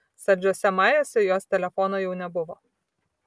saldžiuose majuose jos telefono jau nebuvo